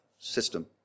system